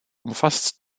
umfasst